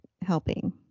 helping